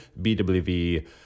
BWV